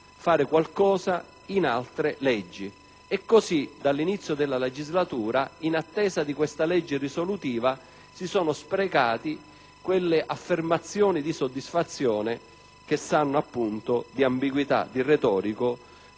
E così, dall'inizio della legislatura, in attesa di una legge risolutiva, si sono sprecate le affermazioni di soddisfazione che sanno appunto di ambiguità, di retorica